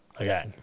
Okay